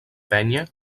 penya